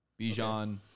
Bijan